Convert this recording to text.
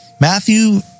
matthew